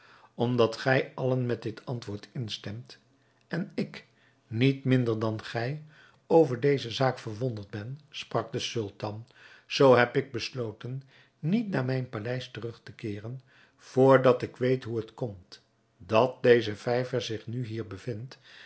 omdat gij allen met dit antwoord instemt en ik niet minder dan gij over deze zaak verwonderd ben sprak de sultan zoo heb ik besloten niet naar mijn paleis terug te keeren vr dat ik weet hoe het komt dat deze vijver zich nu hier bevindt